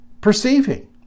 perceiving